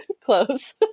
close